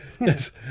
Yes